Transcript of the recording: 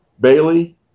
Bailey